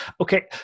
okay